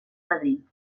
madrid